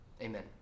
amen